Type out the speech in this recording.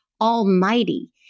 almighty